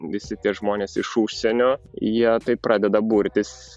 visi tie žmonės iš užsienio jie taip pradeda burtis